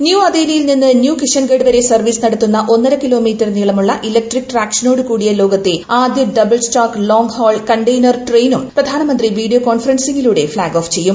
new അതേലിയിൽ നിന്ന് new Kishangarh വരെ സർവീസ് നടത്തുന്ന ഒന്നരകിലോമീറ്റർ നീളമുള്ള ഇലക്ട്രിക് ട്രാക്ഷനോട് കൂടിയ ലോകത്തെ ആദ്യ double stack long haul container ട്രെയിനും പ്രധാനമന്ത്രി വീഡിയോ കോൺഫെറെൻസിങ്ങിലൂടെ ഫ്ളാഗ് ഓഫ് ചെയ്യും